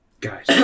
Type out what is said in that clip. Guys